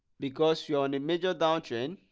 because you're on a major downtrend